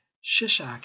Shishak